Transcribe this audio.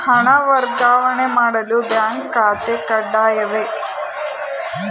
ಹಣ ವರ್ಗಾವಣೆ ಮಾಡಲು ಬ್ಯಾಂಕ್ ಖಾತೆ ಕಡ್ಡಾಯವೇ?